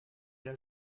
l’as